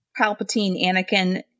Palpatine-Anakin